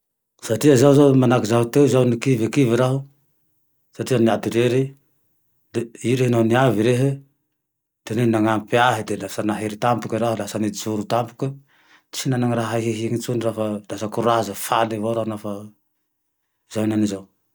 Satria zao zaho manahake zaho teo kivekive raho satria niady rery de i rehe naho niavy rehe, otrany hoe nanampy ahy de lasa nahery tampoke raho, lasa nijoro tampoke, tsy nanane raha ahiahine tsony raho fa lasa-koraza, faly avao raho nafa, zaho henane zao.